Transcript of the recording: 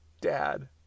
Dad